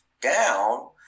down